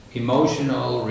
emotional